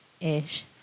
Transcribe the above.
ish